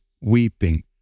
weeping